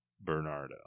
bernardo